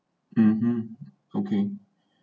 mmhmm okay